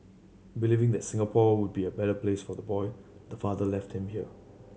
believing that Singapore would be a better place for the boy the father left him here